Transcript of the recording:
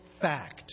fact